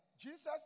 Jesus